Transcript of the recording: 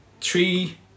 three